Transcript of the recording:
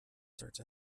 search